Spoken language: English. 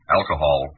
Alcohol